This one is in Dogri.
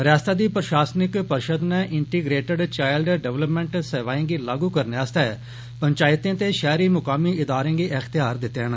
रियास्ता दी प्रषासनिक परिशद नै इंटिग्रेटिड चायल्ड डैवल्पमैंट सेवाएं गी लागू करने आस्तै पंचायतें ते षैहरी मुकामी इदारें गी इख्तेयार दित्ते न